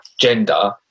gender